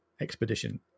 expedition